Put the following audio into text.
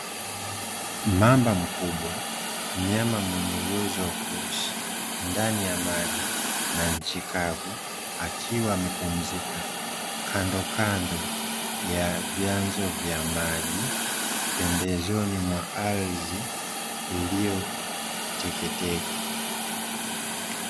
Mamba mkubwa mnyama mwenye uwezo wa kuishi ndani ya maji na nchi kavu, akiwa amepumzika kandokando ya vyanzo vya maji pembezoni mwa ardhi iliyo teketeke.